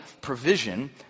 provision